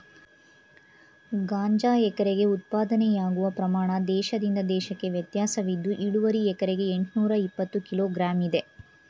ಗಾಂಜಾ ಎಕರೆಗೆ ಉತ್ಪಾದನೆಯಾಗುವ ಪ್ರಮಾಣ ದೇಶದಿಂದ ದೇಶಕ್ಕೆ ವ್ಯತ್ಯಾಸವಿದ್ದು ಇಳುವರಿ ಎಕರೆಗೆ ಎಂಟ್ನೂರಇಪ್ಪತ್ತು ಕಿಲೋ ಗ್ರಾಂ ಇದೆ